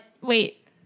wait